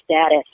status